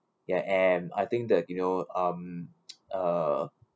ya and I think that you know um uh